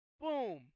boom